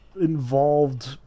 involved